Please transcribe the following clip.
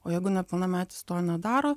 o jeigu nepilnametis to nedaro